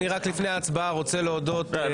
לפני ההצבעה אני רוצה להודות --- אופיר,